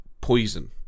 poison